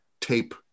tape